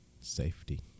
safety